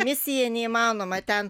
misija neįmanoma ten